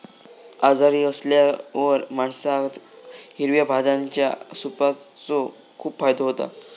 आजारी असल्यावर माणसाक हिरव्या भाज्यांच्या सूपाचो खूप फायदो होता